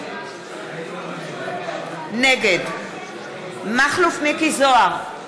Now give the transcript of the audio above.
נגד מכלוף מיקי זוהר,